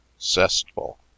zestful